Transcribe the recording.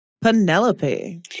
Penelope